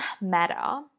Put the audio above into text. matter